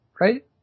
right